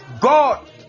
God